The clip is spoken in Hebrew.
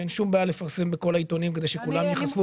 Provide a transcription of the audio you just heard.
ואין שום בעיה לפרסם בכל העיתונים כדי שכולם ייחשפו.